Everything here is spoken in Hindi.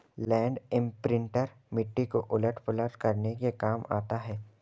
लैण्ड इम्प्रिंटर मिट्टी को उलट पुलट करने के काम आता है